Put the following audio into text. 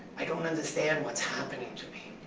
i don't understand what's happening to me.